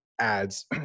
ads